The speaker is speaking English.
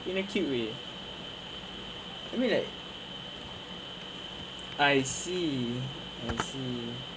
in a cute way I mean like I see I see